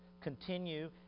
Continue